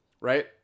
right